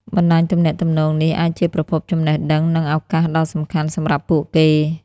បណ្តាញទំនាក់ទំនងនេះអាចជាប្រភពចំណេះដឹង និងឱកាសដ៏សំខាន់សម្រាប់ពួកគេ។